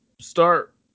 start